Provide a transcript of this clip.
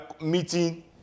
meeting